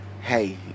hey